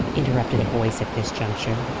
interrupted a voice at this juncture.